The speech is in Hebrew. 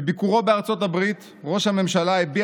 בביקורו בארצות הברית ראש הממשלה הביע